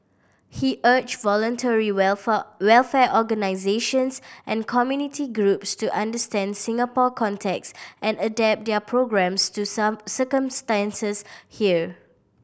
he urged voluntary welfare organisations and community groups to understand Singapore context and adapt their programmes to circumstances here